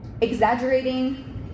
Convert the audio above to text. exaggerating